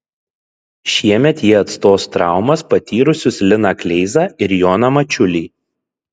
šiemet jie atstos traumas patyrusius liną kleizą ir joną mačiulį